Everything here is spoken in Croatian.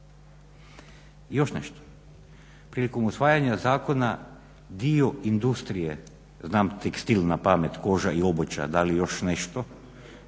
Još nešto, prilikom usvajanja zakona dio industrije znam tekstil na pamet, koža i obuća da li još nešto